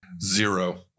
Zero